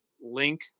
Link